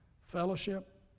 fellowship